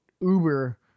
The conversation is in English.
Uber